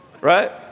Right